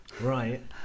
right